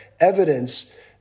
evidence